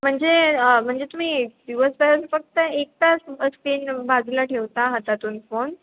म्हणजे म्हणजे तुम्ही दिवसपर्यंत फक्त एक तास स्क्रीन बाजूला ठेवता हातातून फोन